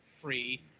free